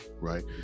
right